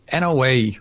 NOA